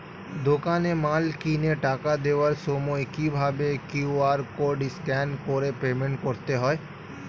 দোকানে মাল কিনে টাকা দেওয়ার সময় কিভাবে কিউ.আর কোড স্ক্যান করে পেমেন্ট করতে হয়?